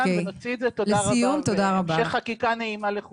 שתהיה חקיקה נעימה.